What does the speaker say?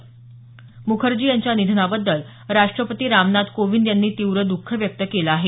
म्खर्जी यांच्या निधानाबद्दल राष्ट्रपती रामनाथ कोविद यांनी तीव्र द्ःख व्यक्त केलं आहे